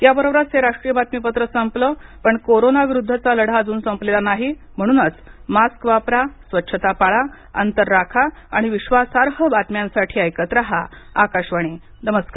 याबरोबरच हे राष्ट्रीय बातमीपत्र संपलं पण कोरोनाविरुद्धचा लढा अजून संपलेला नाही म्हणूनच मास्क वापरा स्वच्छता पाळा अंतर राखा आणि विश्वासार्ह बातम्यांसाठी ऐकत रहा आकाशवाणी नमस्कार